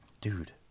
Dude